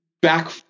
back